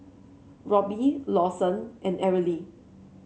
Robby Lawson and Arely